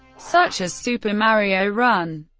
such as super mario run.